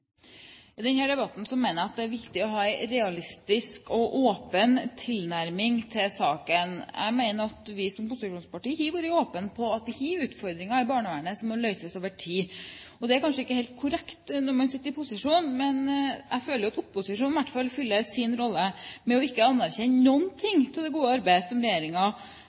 viktig å ha en realistisk og åpen tilnærming til saken. Jeg mener at vi som posisjonsparti har vært åpne for at vi har utfordringer i barnevernet som må løses over tid. Det er kanskje ikke helt korrekt når man sitter i posisjon, men jeg føler at opposisjonen i hvert fall fyller sin rolle med ikke å anerkjenne noe av det gode arbeidet som